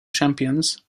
champions